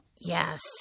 Yes